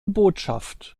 botschaft